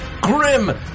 Grim